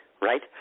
Right